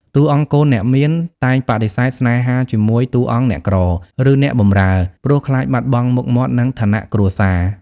តួអង្គកូនអ្នកមានតែងបដិសេធស្នេហាជាមួយតួអង្គអ្នកក្រ ឬអ្នកបម្រើ ព្រោះខ្លាចបាត់បង់មុខមាត់ និងឋានៈគ្រួសារ។